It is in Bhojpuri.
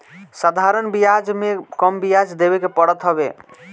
साधारण बियाज में कम बियाज देवे के पड़त हवे